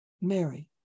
Mary